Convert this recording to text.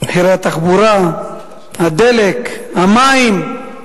מחירי התחבורה, הדלק, המים,